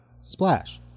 Splash